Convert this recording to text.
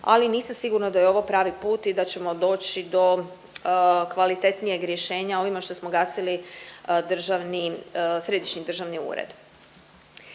ali nisam sigurna da je ovo pravi put i da ćemo doći do kvalitetnijeg rješenja ovime što smo gasili Središnji državni ured.